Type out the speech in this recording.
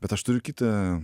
bet aš turiu kitą